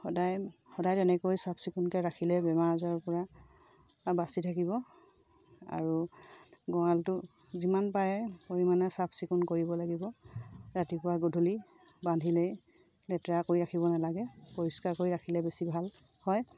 সদায় সদায় তেনেকৈ চাফ চিকুণকৈ ৰাখিলে বেমাৰ আজাৰৰপৰা বাচি থাকিব আৰু গঁৰালটো যিমান পাৰে পৰিমাণে চাফ চিকুণ কৰিব লাগিব ৰাতিপুৱা গধূলি বান্ধিলেই লেতেৰা কৰি ৰাখিব নালাগে পৰিষ্কাৰ কৰি ৰাখিলে বেছি ভাল হয়